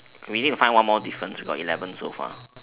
we need to find one more difference we got eleven so far